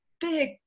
big